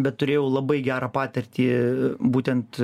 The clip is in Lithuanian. bet turėjau labai gerą patirtį būtent